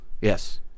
Yes